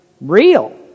real